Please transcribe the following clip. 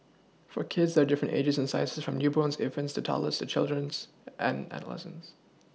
for kids there are different ages and sizes from newborns infants to toddlers children and adolescents